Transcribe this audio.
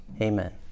Amen